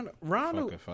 Ronald